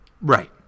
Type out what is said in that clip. Right